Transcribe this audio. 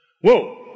Whoa